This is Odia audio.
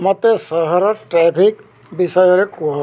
ମୋତେ ସହର ଟ୍ରାଫିକ୍ ବିଷୟରେ କୁହ